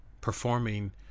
performing